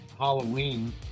Halloween